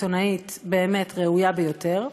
ראויה ביותר.